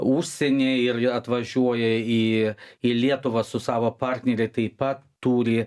užsienyje ir atvažiuoja į lietuvą su savo partnere taip pat turi